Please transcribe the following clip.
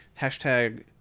hashtag